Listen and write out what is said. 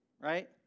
right